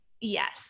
yes